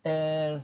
and